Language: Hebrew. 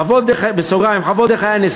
חוות "דרך היין",